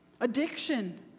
Addiction